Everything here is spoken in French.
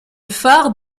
phare